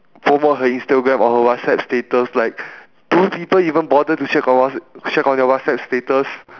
follow her instagram on her whatsapp status like do people even bother to check on whatsapp check on their whatsapp status